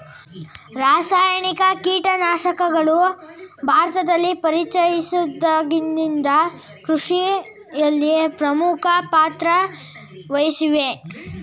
ರಾಸಾಯನಿಕ ಕೀಟನಾಶಕಗಳು ಭಾರತದಲ್ಲಿ ಪರಿಚಯಿಸಿದಾಗಿನಿಂದ ಕೃಷಿಯಲ್ಲಿ ಪ್ರಮುಖ ಪಾತ್ರ ವಹಿಸಿವೆ